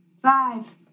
Five